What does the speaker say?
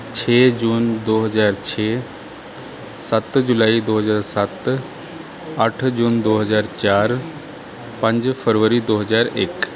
ਛੇ ਜੂਨ ਦੋ ਹਜ਼ਾਰ ਛੇ ਸੱਤ ਜੁਲਾਈ ਦੋ ਹਜ਼ਾਰ ਸੱਤ ਅੱਠ ਜੂਨ ਦੋ ਹਜ਼ਾਰ ਚਾਰ ਪੰਜ ਫਰਵਰੀ ਦੋ ਹਜ਼ਾਰ ਇੱਕ